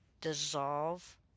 dissolve